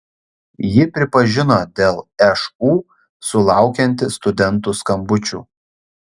ji pripažino dėl šu sulaukianti studentų skambučių